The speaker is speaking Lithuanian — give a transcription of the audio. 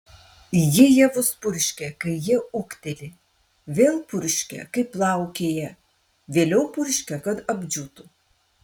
ji javus purškia kai jie ūgteli vėl purškia kai plaukėja vėliau purškia kad apdžiūtų